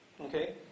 Okay